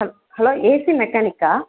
hello AC மெக்கானிக்கா